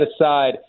aside